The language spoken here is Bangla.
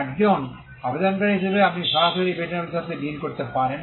একজন আবেদনকারী হিসাবে আপনি সরাসরি পেটেন্ট অফিসের সাথে ডিল করতে পারেন